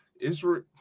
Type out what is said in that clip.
Israel